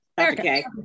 Okay